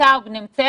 נגיע